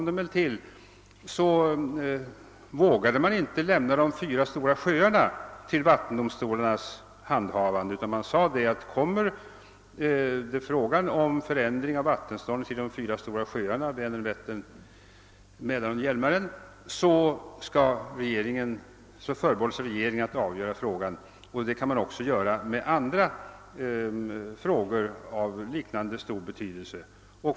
Då vågade man inte lämna de fyra stora sjöarna till vattendomstolarnas handhavande, utan man sade att blir det fråga om förändring av vattenståndet i de fyra stora sjöarna, Vänern, Vätterri, Mälaren och Hjälmaren, förbehåller sig regeringen rätten att avgöra frågan. Det kan man också göra när det gäller andra frågor av liknande stor betydelse.